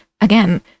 again